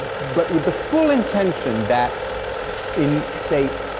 but with the full intention that in say,